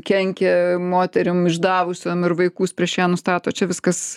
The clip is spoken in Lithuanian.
kenkia moterim išdavusiom ir vaikus prieš ją nustato čia viskas